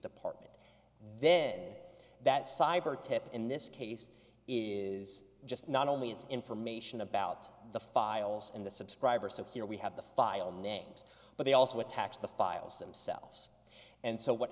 department then that cyber attempt in this case is just not only it's information about the files in the subscriber so here we have the file names but they also attached the files themselves and so what